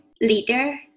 leader